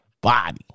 Body